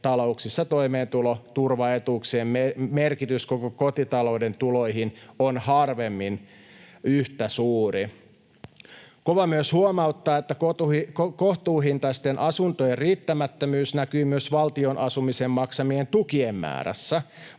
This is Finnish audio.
talouksissa toimeentuloturvaetuuksien merkitys koko kotitalouden tuloihin on harvemmin yhtä suuri. KOVA myös huomauttaa, että kohtuuhintaisten asuntojen riittämättömyys näkyy myös valtion asumiseen maksamien tukien määrässä.